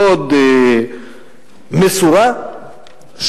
מאוד מסורה,